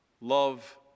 love